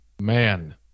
Man